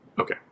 Okay